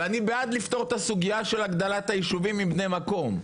ואני בעד לפתור את הסוגיה של הגדלת היישובים עם בני מקום.